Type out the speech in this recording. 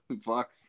Fuck